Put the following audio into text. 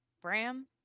Bram